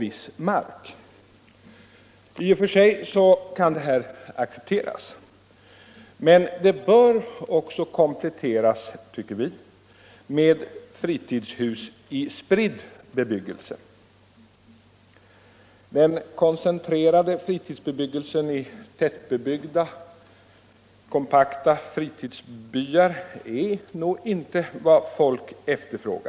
I och för sig kan detta accepteras, men en komplettering bör ske, tycker vi, med fritidshus i spridd bebyggelse. Den koncentrerade fritidsbebyggelsen i tättbebyggda kompakta fritidsbyar är inte vad folk önskar sig.